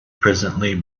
presently